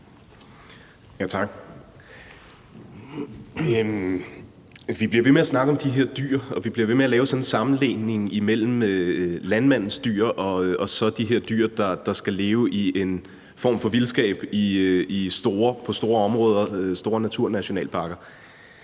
vi bliver ved med at lave sådan en sammenligning mellem landmandens dyr og så de her dyr, der skal leve i en form for vildskab på store områder